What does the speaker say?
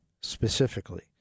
specifically